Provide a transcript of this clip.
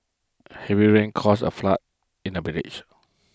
heavy rains caused a flood in the village